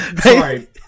Sorry